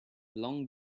long